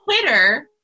Twitter